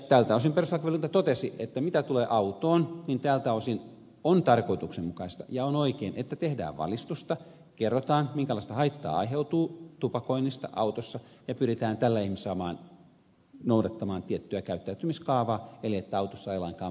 tältä osin perustuslakivaliokunta totesi mitä tulee autoon että tarkoituksenmukaista ja oikein on että tehdään valistusta kerrotaan minkälaista haittaa aiheutuu tupakoinnista autossa ja pyritään tällä saamaan ihmisiä noudattamaan tiettyä käyttäytymiskaavaa eli sitä että autossa ei lainkaan poltettaisi